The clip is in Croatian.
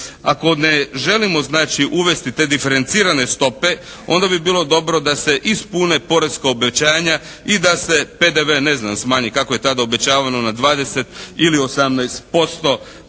Ako ne želimo znači uvesti te diferencirane stope onda bi bilo dobro da se ispune poreska obećanja i da se PDV, ne znam, smanji kako je tada obećavano na 20 ili 18% pa da